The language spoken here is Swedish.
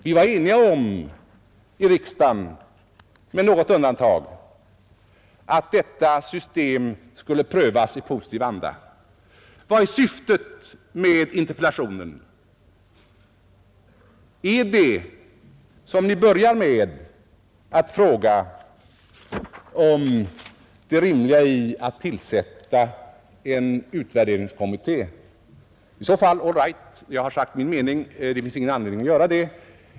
Vi var eniga om i riksdagen, med något undantag, att detta system skulle prövas i positiv anda. Vad är syftet med interpellationen? Gäller det, som Ni börjar med att fråga, det rimliga i att tillsätta en utvärderingskommitté? I så fall — all right, jag har sagt min mening, att det inte finns någon anledning att göra det.